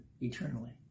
eternally